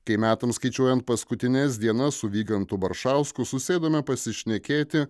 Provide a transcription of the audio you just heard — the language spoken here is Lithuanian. kai metams skaičiuojant paskutines dienas su vygantu baršausku susėdome pasišnekėti